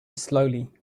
slowly